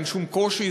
אין שום קושי,